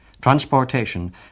transportation